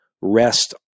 rest